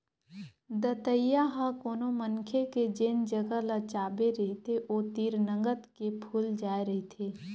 दतइया ह कोनो मनखे के जेन जगा ल चाबे रहिथे ओ तीर नंगत के फूल जाय रहिथे